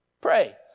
Pray